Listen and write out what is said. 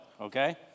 okay